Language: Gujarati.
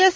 એસ